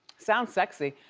sounds sexy.